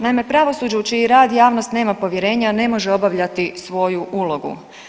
Naime, pravosuđe u čiji rad javnost nema povjerenja, ne može obavljati svoju ulogu.